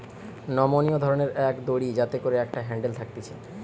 নমনীয় ধরণের এক দড়ি যাতে করে একটা হ্যান্ডেল থাকতিছে